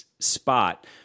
Spot